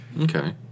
Okay